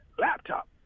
laptop